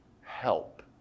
Help